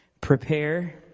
prepare